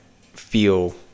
feel